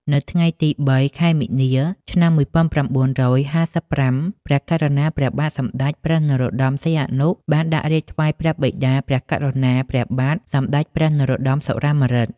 នៅថ្ងៃទី៣ ខែមីនា ឆ្នាំ១៩៥៥ ព្រះករុណា ព្រះបាទសម្ដេចព្រះនរោត្តម សីហនុ បានដាក់រាជ្យថ្វាយព្រះបិតា ព្រះករុណា ព្រះបាទសម្ដេចព្រះនរោត្តម សុរាម្រិត។